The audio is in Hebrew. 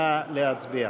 נא להצביע.